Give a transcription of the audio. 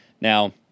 Now